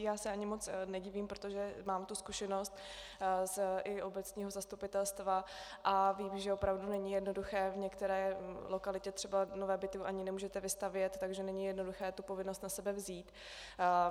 Ani se moc nedivím, protože mám tu zkušenost i z obecního zastupitelstva a vím, že to opravdu není jednoduché, v některé lokalitě třeba nové byty ani nemůžete vystavět, takže není jednoduché tu povinnost na sebe vzít.